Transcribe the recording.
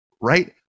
Right